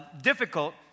difficult